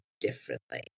differently